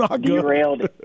derailed